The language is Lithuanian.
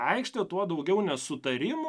aikštė tuo daugiau nesutarimų